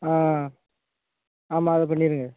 ஆ ஆமாம் அதை பண்ணிருங்க